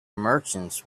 merchants